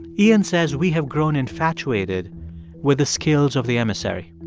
iain says we have grown infatuated with the skills of the emissary.